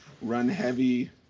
run-heavy